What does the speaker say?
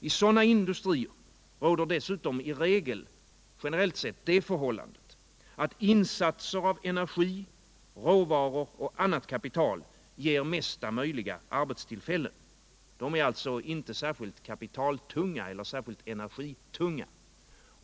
I sådana industrier råder dessutom i regel — generellt sett — det förhållandet att insatser av energi, råvaror och annat kapital ger mesta möjliga arbetstillfällen. De är alltså inte särskilt kapitaltunga eller energitunga.